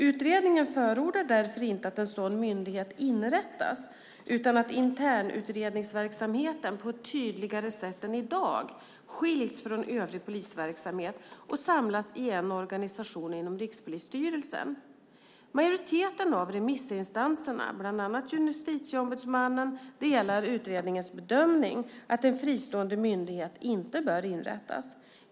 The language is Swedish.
Utredningen förordar därför inte att en sådan myndighet inrättas utan att internutredningsverksamheten på ett tydligare sätt än i dag skiljs från övrig polisverksamhet och samlas i en organisation inom Rikspolisstyrelsen. Majoriteten av remissinstanserna, bland annat Justitieombudsmannen, delar utredningens bedömning att en fristående myndighet inte bör inrättas.